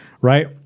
right